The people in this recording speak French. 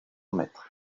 maître